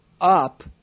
up